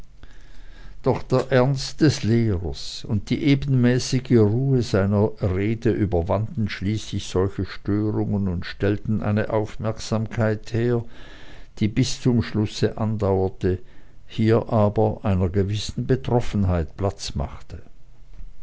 doch der ernst des lehrers und die ebenmäßige ruhe seiner rede überwanden schließlich solche störungen und stellten eine aufmerksamkeit her die bis zum schlusse andauerte hier aber einer gewissen betroffenheit platz machte